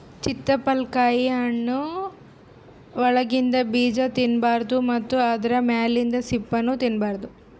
ಚಿತ್ತಪಳಕಾಯಿ ಹಣ್ಣ್ ಒಳಗಿಂದ ಬೀಜಾ ತಿನ್ನಬಾರ್ದು ಮತ್ತ್ ಆದ್ರ ಮ್ಯಾಲಿಂದ್ ಸಿಪ್ಪಿನೂ ತಿನ್ನಬಾರ್ದು